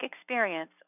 experience